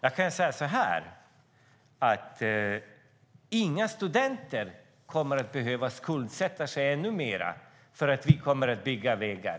Jag kan säga så här: Inga studenter kommer att behöva skuldsätta sig ännu mer för att vi ska bygga vägar.